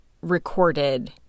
recorded